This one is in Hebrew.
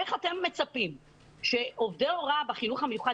איך אתם מצפים שעובדי הוראה בחינוך המיוחד